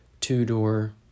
two-door